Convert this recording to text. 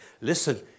Listen